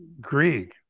Greek